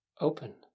open